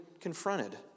confronted